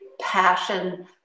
passion